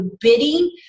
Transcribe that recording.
bidding